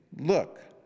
Look